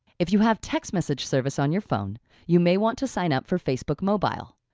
if you have text message service on your phone you may want to sign up for facebook mobile.